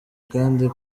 kandi